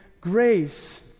grace